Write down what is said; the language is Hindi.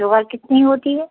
शुगर कितनी होती है